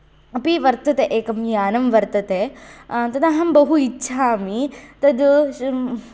अपि वर्तते एकं यानं वर्तते तदहं बहु इच्छामि तद्